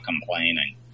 complaining